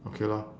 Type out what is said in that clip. okay lor